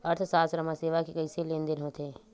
अर्थशास्त्र मा सेवा के कइसे लेनदेन होथे?